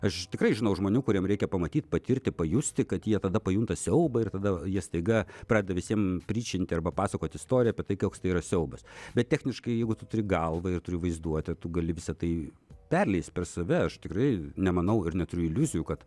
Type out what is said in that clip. aš tikrai žinau žmonių kuriem reikia pamatyt patirti pajusti kad jie tada pajunta siaubą ir tada jie staiga pradeda visiem pryčinti arba pasakoti istoriją apie tai koks tai yra siaubas bet techniškai jeigu tu turi galvą ir turiu vaizduotę tu gali visa tai perleist per save aš tikrai nemanau ir neturiu iliuzijų kad